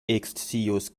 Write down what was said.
ekscios